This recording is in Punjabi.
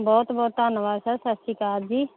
ਬਹੁਤ ਬਹੁਤ ਧੰਨਵਾਦ ਸਰ ਸਤਿ ਸ਼੍ਰੀ ਅਕਾਲ ਜੀ